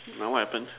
my what happen